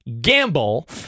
GAMBLE